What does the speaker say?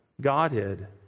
Godhead